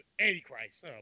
antichrist